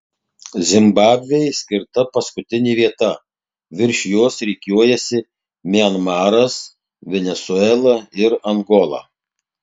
zimbabvei skirta paskutinė vieta virš jos rikiuojasi mianmaras venesuela ir angola